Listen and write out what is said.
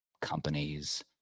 companies